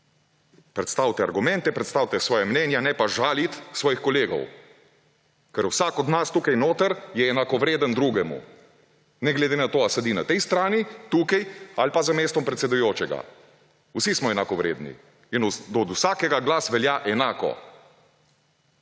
Predstavite argumente, predstavite svoja mnenja, ne pa žaliti svojih kolegov, ker vsak od nas tukaj je enakovreden drugemu, ne glede na to, ali sedi na tej strani tukaj ali pa za mestom predsedujočega. Vsi smo enakovredni in od vsakega glas velja enako!